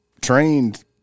trained